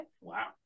Wow